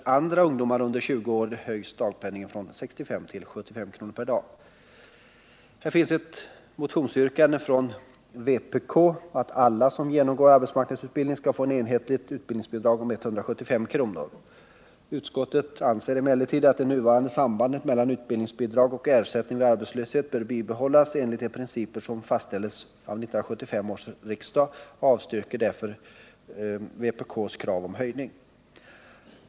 För andra ungdomar under 20 år höjs dagpenningen från 65 till 75 kr. per dag. Här finns ett motionsyrkande från vpk att alla som genomgår arbetsmarknadsutbildning skall få ett enhetligt utbildningsbidrag om 175 kr. Utskottet anser emellertid att det nuvarande sambandet mellan utbildningsbidrag och ersättning vid arbetslöshet bör bibehållas enligt de principer som fastställdes av 1975 års riksdag och avstyrker därför vpk:s krav på höjning.